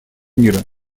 мира